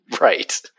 Right